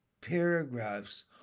paragraphs